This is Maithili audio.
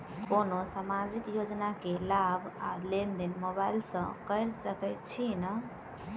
कोनो सामाजिक योजना केँ लाभ आ लेनदेन मोबाइल सँ कैर सकै छिःना?